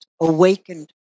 awakened